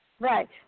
Right